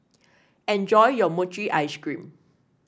enjoy your Mochi Ice Cream